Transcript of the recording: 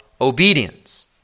obedience